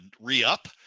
re-up